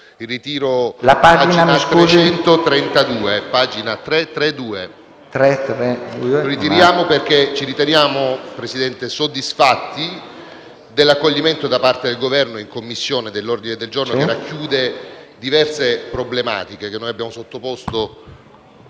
Lo ritiriamo perché ci riteniamo soddisfatti dell'accoglimento da parte del Governo in Commissione di un ordine del giorno che racchiude diverse problematiche che abbiamo sottoposto